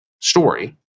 story